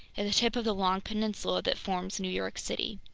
at the tip of the long peninsula that forms new york city.